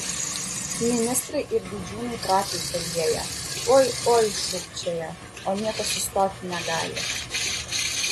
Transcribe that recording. ministrai ir didžiūnai prakaitą lieja oi oi šūkčioja o niekas sustoti negali